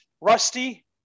Rusty